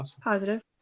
positive